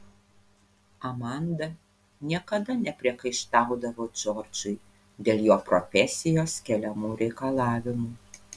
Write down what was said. amanda niekada nepriekaištaudavo džordžui dėl jo profesijos keliamų reikalavimų